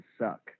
suck